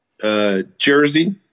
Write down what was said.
jersey